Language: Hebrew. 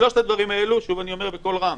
שלושת הדברים האלה, שוב אני אומר בקול רם,